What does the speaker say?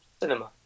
Cinema